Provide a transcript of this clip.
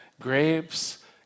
grapes